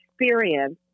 experience